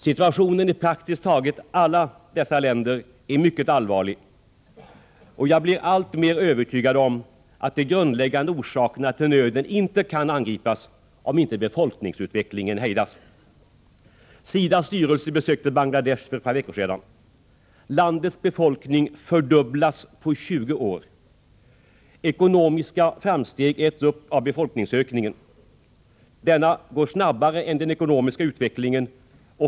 Situationen i praktiskt taget alla dessa länder är mycket allvarlig, och jag blir alltmer övertygad om att de grundläggande orsakerna till nöden inte kan angripas om inte befolkningsutvecklingen hejdas. SIDA:s styrelse besökte Bangladesh för ett par veckor sedan. Landets befolkning fördubblas på 20 år. Ekonomiska framsteg äts upp av befolkningsökningen, som går snabbare än den ekonomiska utvecklingen.